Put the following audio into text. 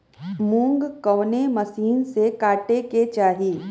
मूंग कवने मसीन से कांटेके चाही?